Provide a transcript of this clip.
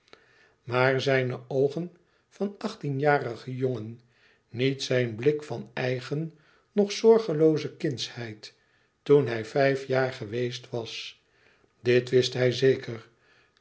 maar zijne oogen van achttienjarigen jongen niet zijn blik van eigen nog zorgelooze kindsheid toen hij vijf jaar geweest was dit wist hij zeker